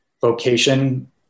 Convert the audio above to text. vocation